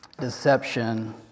deception